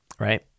right